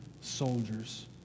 soldiers